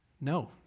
No